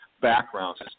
Backgrounds